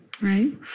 Right